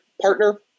partner